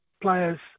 players